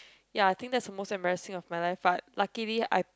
ya I think that's the most embarrassing of my life but luckily I